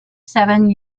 seven